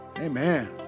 Amen